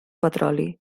petroli